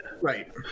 Right